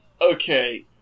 okay